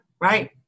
right